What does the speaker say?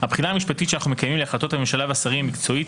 הבחינה המשפטית שאנחנו מקיימים להחלטות הממשלה והשרים היא מקצועית,